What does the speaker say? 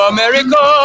America